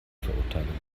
verurteilung